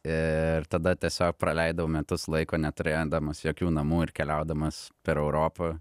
ir tada tiesiog praleidau metus laiko neturėdamas jokių namų ir keliaudamas per europą